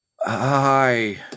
Hi